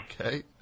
Okay